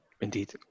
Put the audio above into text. Indeed